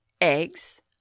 eggs